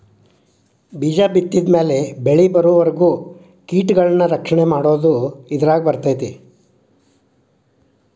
ಬೇಜ ಬಿತ್ತಿದ ಮ್ಯಾಲ ಬೆಳಿಬರುವರಿಗೂ ಕೇಟಗಳನ್ನಾ ರಕ್ಷಣೆ ಮಾಡುದು ಇದರಾಗ ಬರ್ತೈತಿ